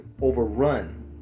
overrun